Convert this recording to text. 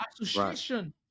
association